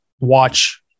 watch